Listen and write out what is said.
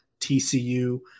TCU